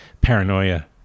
paranoia